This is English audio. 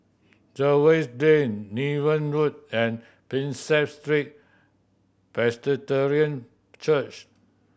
Jervois Lane Niven Road and Prinsep Street Presbyterian Church